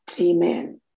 Amen